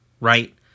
Right